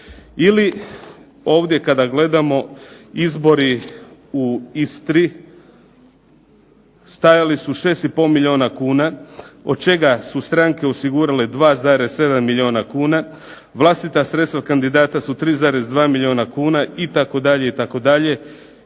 Ili ovdje kada gledamo izbori u Istri, stajali su 6 i pol milijuna kuna, od čega su stranke osigurale 2,7 milijuna kuna, vlastita sredstva kandidata su 3,2 milijuna kuna, itd., itd.,